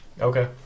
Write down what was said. Okay